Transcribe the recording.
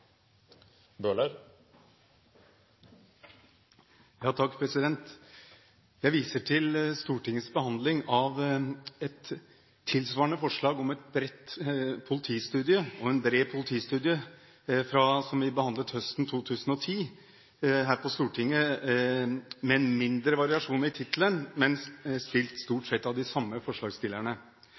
Jeg viser til Stortingets behandling av et tilsvarende forslag om en bred politistudie, som vi behandlet høsten 2010 her på Stortinget, med en mindre variasjon i tittelen, men fra stort sett de samme forslagsstillerne.